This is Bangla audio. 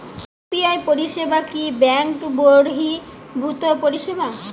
ইউ.পি.আই পরিসেবা কি ব্যাঙ্ক বর্হিভুত পরিসেবা?